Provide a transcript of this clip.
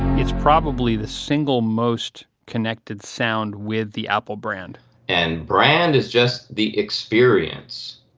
it's probably the single most connected sound with the apple brand and brand is just the experience,